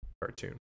cartoon